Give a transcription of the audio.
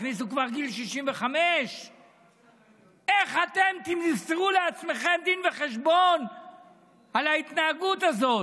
הכניסו כבר גיל 65. איך אתם תמסרו לעצמכם דין וחשבון על ההתנהגות הזאת?